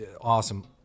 awesome